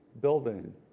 building